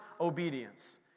obedience